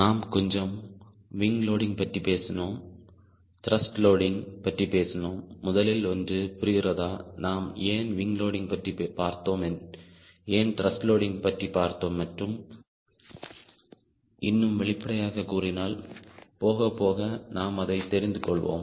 நாம் கொஞ்சம் wing loading பற்றி பேசினோம் த்ருஷ்ட் லோடிங் பற்றி பேசினோம் முதலில் ஒன்று புரிகிறதா நாம் ஏன் விங் லோடிங் பற்றி பார்த்தோம் ஏன் த்ருஷ்ட் லோடிங் பற்றி பார்த்தோம் மற்றும் இன்னும் வெளிப்படையாக கூறினால் போகப்போக நாம் அதை தெரிந்து கொள்வோம்